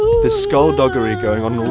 this skullduggery going on, all